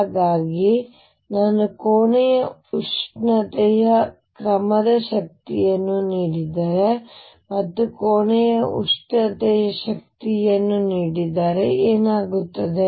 ಹಾಗಾಗಿ ನಾನು ಕೋಣೆಯ ಉಷ್ಣತೆಯ ಕ್ರಮದ ಶಕ್ತಿಯನ್ನು ನೀಡಿದರೆ ಮತ್ತು ಕೋಣೆಯ ಉಷ್ಣತೆಯ ಶಕ್ತಿಯನ್ನು ನೀಡಿದರೆ ಏನಾಗುತ್ತದೆ